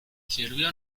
sirvió